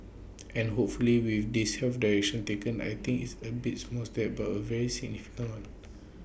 and hopefully with this health direction taken I think it's aim be small step but A very significant one